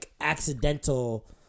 accidental